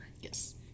Yes